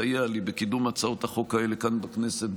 לסייע לי בקידום הצעות החוק האלה כאן בכנסת,